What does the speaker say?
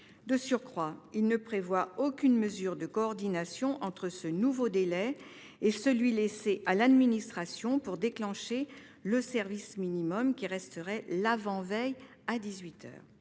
De surcroît, aucune mesure de coordination entre ce nouveau délai et celui qui est laissé à l'administration pour déclencher le service minimum, lequel resterait l'avant-veille à